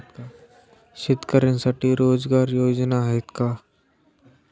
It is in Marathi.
शेतकऱ्यांसाठी रोजगार योजना आहेत का?